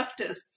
leftists